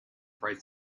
bright